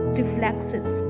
reflexes